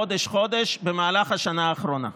חודש-חודש במהלך השנה האחרונה.